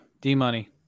D-Money